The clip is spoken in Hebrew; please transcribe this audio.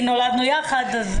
נולדנו יחד.